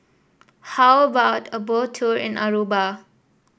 how about a Boat Tour in Aruba